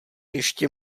ještě